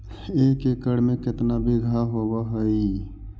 एक एकड़ में केतना बिघा होब हइ?